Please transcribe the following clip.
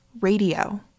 Radio